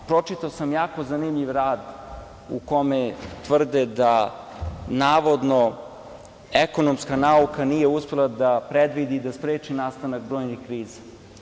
Pročitao sam jako zanimljiv rad u kome tvrde da navodno ekonomska nauka nije uspela da predvidi i da spreči nastanak brojnih kriza.